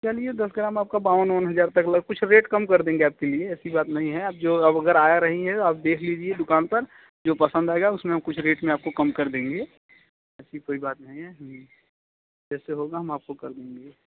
चलिए दस ग्राम आपका बावन वावन हज़ार तक ला कुछ रेट कम कर देंगे आपके लिए ऐसी बात नहीं है अब जो अब अगर आया रही हैं आप देख लीजिए दुकान पर जो पसंद आएगा उसमें हम कुछ रेट में आपको कम कर देंगे ऐसी कोई बात नहीं है जी जैसे होगा हम आपको कर देंगे